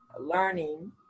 Learning